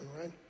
right